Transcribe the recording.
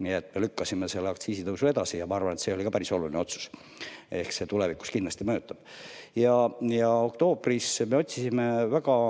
Nii et me lükkasime aktsiisitõusu edasi ja ma arvan, et see oli ka päris oluline otsus. See tulevikus kindlasti mõjutab. Oktoobris me otsisime väga